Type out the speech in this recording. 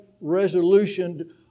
resolution